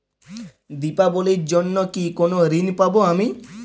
দীপাবলির জন্য কি কোনো ঋণ পাবো আমি?